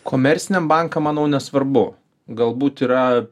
komerciniam bankam manau nesvarbu galbūt yra